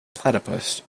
platypus